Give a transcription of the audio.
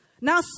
Now